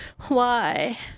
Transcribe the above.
Why